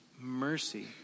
mercy